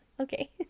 Okay